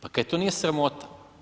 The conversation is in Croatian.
Pa kaj to nije sramota?